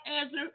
answer